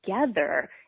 together